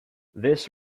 this